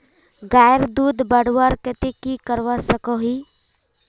गायेर दूध बढ़वार केते की करवा सकोहो ही?